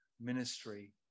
ministry